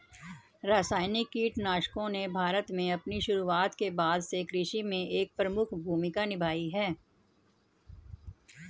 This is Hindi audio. रासायनिक कीटनाशकों ने भारत में अपनी शुरुआत के बाद से कृषि में एक प्रमुख भूमिका निभाई है